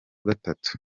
gatatu